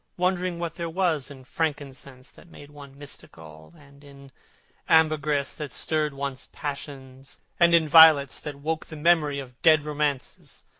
wondering what there was in frankincense that made one mystical, and in ambergris that stirred one's passions, and in violets that woke the memory of dead romances,